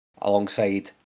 alongside